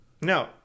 No